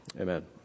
Amen